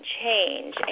change